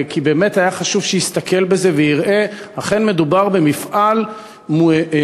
כי באמת היה חשוב שיסתכל בזה ויראה שאכן מדובר במפעל מיוחד